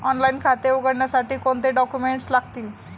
Online खाते उघडण्यासाठी कोणते डॉक्युमेंट्स लागतील?